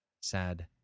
Sad